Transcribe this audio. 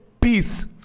peace